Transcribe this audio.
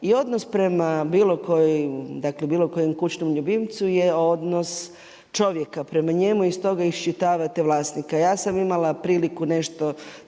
I odnos prema bilo kojem kućnom ljubimcu je odnos čovjeka prema njemu iz toga iščitavate vlasnika. Ja sam imala priliku nešto,